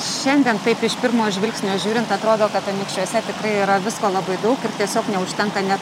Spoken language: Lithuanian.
šiandien taip iš pirmo žvilgsnio žiūrint atrodo kad anykščiuose tikrai yra visko labai daug ir tiesiog neužtenka net